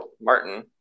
Martin